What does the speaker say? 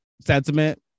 sentiment